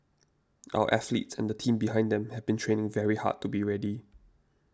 our athletes and the team behind them have been training very hard to be ready